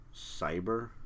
Cyber